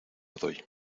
doy